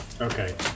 Okay